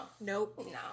Nope